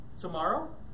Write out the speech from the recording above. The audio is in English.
tomorrow